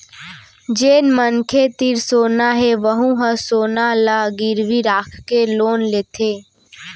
जेन मनखे तीर सोना हे वहूँ ह सोना ल गिरवी राखके लोन लेथे